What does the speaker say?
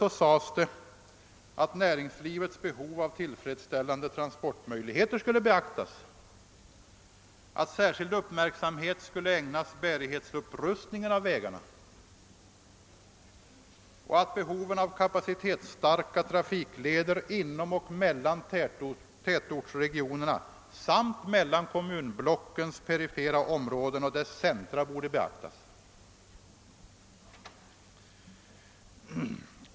Vidare sades att näringslivets behov av tillfredsställande transportmöjligheter skulle beaktas, att särskild uppmärksamhet skulle ägnas bärighetsupprustningen av vägarna och att behovet av kapacitetsstarka trafikleder inom och mellan tätortsregionerna samt mellan kommunblockens perifera områden och deras centra borde beaktas.